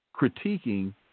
Critiquing